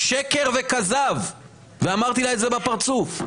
שקר וכזב, ואמרתי לה את זה בפרצוף.